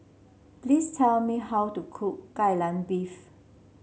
please tell me how to cook Kai Lan Beef